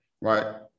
right